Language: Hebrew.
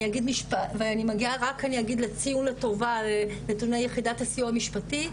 אני אגיד משפט רק לציון לטובה לנתוני ליחידת הסיוע המשפטי,